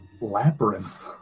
labyrinth